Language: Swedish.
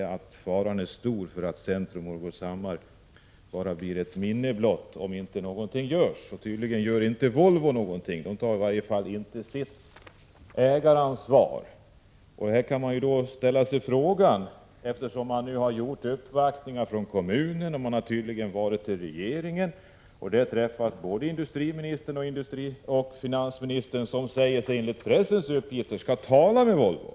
Faran är stor för att Centro-Morgårdshammar bara blir ett minne blott om inte någonting görs. Tydligen gör inte Volvo någonting. Volvo tar i varje fall inte sitt ägaransvar. Från kommunen har man gjort uppvaktningar och tydligen också vänt sig till regeringen och där träffat både industriministern och finansministern, som enligt pressens uppgifter säger att de skall ”tala med” Volvo.